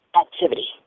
activity